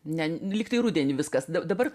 ne lygtai rudenį viskas dabar